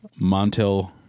Montel